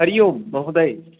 हरिः ओं महोदय